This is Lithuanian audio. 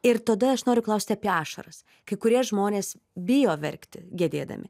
ir tada aš noriu klausti apie ašaras kai kurie žmonės bijo verkti gedėdami